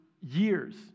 years